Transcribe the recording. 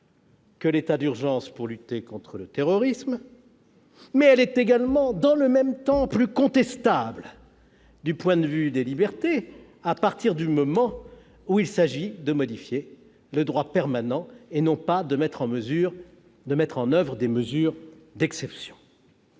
que l'état d'urgence pour lutter contre le terrorisme, mais elle est plus contestable du point de vue des libertés, à partir du moment où il s'agit de modifier le droit permanent et non de mettre en oeuvre des mesures d'exception.